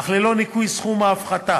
אך ללא ניכוי סכום ההפחתה.